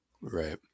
Right